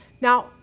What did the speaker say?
Now